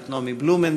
את נעמי בלומנטל,